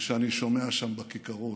ושאני שומע שם בכיכרות,